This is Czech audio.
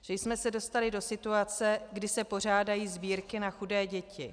Že jsme se dostali do situace, kdy se pořádají sbírky na chudé děti.